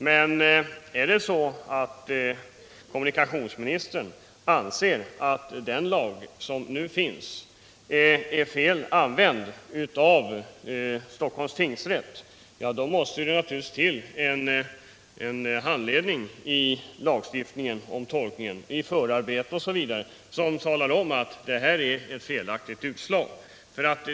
Men är det så att kommunikationsministern anser att den lag som nu finns har använts felaktigt av Stockholms tingsrätt måste det naturligt till en ändring i lagstiftningen som talar om att det här är ett felaktigt beslut.